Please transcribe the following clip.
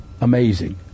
amazing